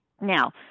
Now